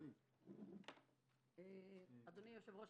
אדוני היושב-ראש,